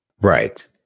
Right